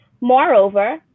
Moreover